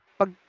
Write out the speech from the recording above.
pag